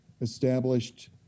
established